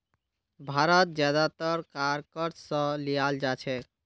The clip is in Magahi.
भारत ज्यादातर कार क़र्ज़ स लीयाल जा छेक